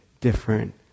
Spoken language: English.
different